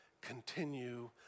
continue